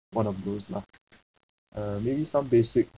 one of those lah uh may be some basic